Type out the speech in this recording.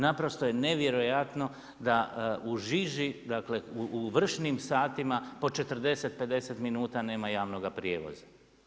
Naprosto je nevjerojatno da u žiži dakle, u vršnim satima po 40, 50 minuta nema javnoga prijevoza.